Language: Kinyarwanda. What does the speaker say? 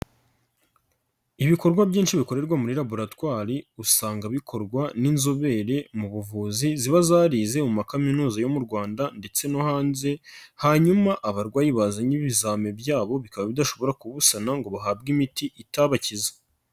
Ibikorwa byinshi bikorerwa muri laboratwari usanga bikorwa n'inzobere mu buvuzi ziba zarize mu ma kaminuza yo mu Rwanda ndetse no hanze, hanyuma abarwayi bazanye ibizamiini byabo bikaba bidashobora kubusana ngo bahabwe imiti itabaki.